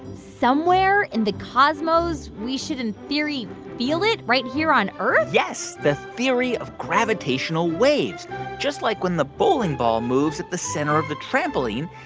somewhere in the cosmos we should, in theory, feel it right here on earth? yes. the theory of gravitational waves just like when the bowling ball moves at the center of the trampoline,